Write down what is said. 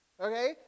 Okay